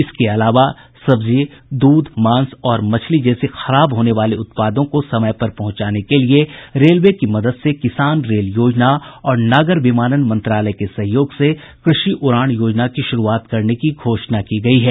इसके अलावा सब्जी दूध मांस और मछली जैसे खराब होने वाले उत्पादों को समय पर पहुंचाने के लिए रेलवे की मदद से किसान रेल योजना और नागर विमानन मंत्रालय के सहयोग से कृषि उड़ान योजना की शुरूआत करने की घोषणा की गयी है